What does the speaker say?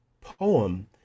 poem